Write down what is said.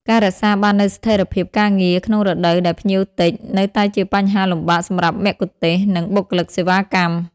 ការរក្សាបាននូវស្ថិរភាពការងារក្នុងរដូវដែលភ្ញៀវតិច នៅតែជាបញ្ហាលំបាកសម្រាប់មគ្គុទ្ទេសក៍ និងបុគ្គលិកសេវាកម្ម។